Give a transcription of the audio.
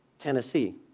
Tennessee